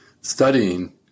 studying